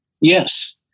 Yes